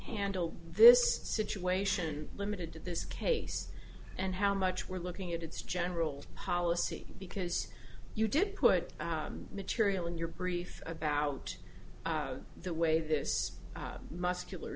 handled this situation limited to this case and how much we're looking at its general policy because you did put material in your brief about the way this muscular